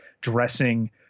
dressing